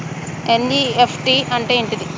NEFT అంటే ఏంటిది?